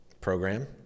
program